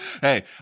Hey